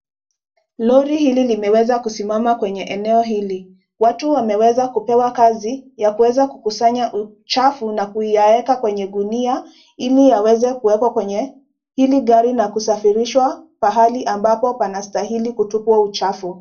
Lori hili limeweza kuzimama kwenye eneo hili. Watu wameweza kupewakazi ya kuweza kukusanya uchafu na kuyaweka kwenye gunia ili yaweze kuwekwa kwenye hili gari na kusafirishwa pahali ambapo panastahili kutupwa uchafu.